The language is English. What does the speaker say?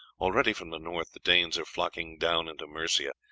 already from the north the danes are flocking down into mercia,